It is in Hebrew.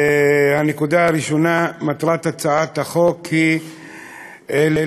הנקודה הראשונה: מטרת הצעת החוק היא לתקן